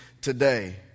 today